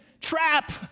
trap